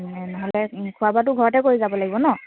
নহ'লে খোৱা বোৱাটো ঘৰতে কৰি যাব লাগিব ন'